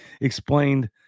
Explained